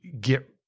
get